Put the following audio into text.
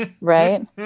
right